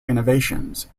innovations